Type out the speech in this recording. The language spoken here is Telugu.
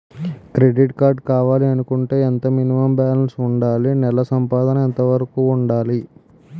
క్రెడిట్ కార్డ్ కావాలి అనుకుంటే ఎంత మినిమం బాలన్స్ వుందాలి? నెల సంపాదన ఎంతవరకు వుండాలి?